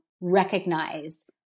recognized